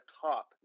top